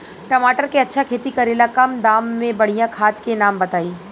टमाटर के अच्छा खेती करेला कम दाम मे बढ़िया खाद के नाम बताई?